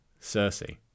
Cersei